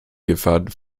gefahr